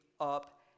up